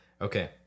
Okay